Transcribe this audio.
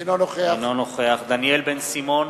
אינו נוכח דניאל בן-סימון,